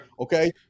Okay